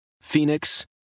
Phoenix